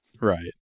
Right